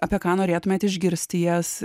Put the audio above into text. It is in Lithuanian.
apie ką norėtumėt išgirsti jas